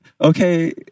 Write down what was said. Okay